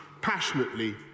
passionately